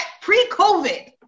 Pre-COVID